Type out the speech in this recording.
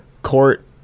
court